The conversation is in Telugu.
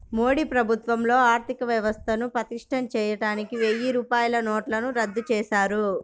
మోదీ ప్రభుత్వంలో ఆర్ధికవ్యవస్థను పటిష్టం చేయడానికి వెయ్యి రూపాయల నోట్లను రద్దు చేశారు